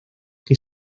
que